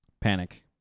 panic